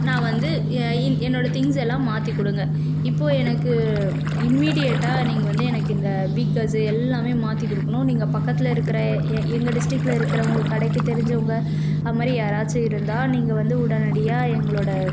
நான் வந்து இன் என்னோட திங்க்ஸ் எல்லாம் மாற்றிக் கொடுங்க இப்போது எனக்கு இமீடியட்டாக நீங்கள் வந்து எனக்கு இந்த பீக்கர்ஸு எல்லாமே மாற்றிக் கொடுக்கணும் நீங்கள் பக்கத்தில் இருக்கிற ஏ எங்கள் டிஸ்ட்ரிக்ட்டில் இருக்கிற உங்கள் கடைக்கு தெரிஞ்சவங்க அந்த மாதிரி யாராச்சு இருந்தால் நீங்கள் வந்து உடனடியாக எங்களோட